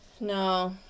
No